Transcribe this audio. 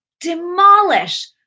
demolish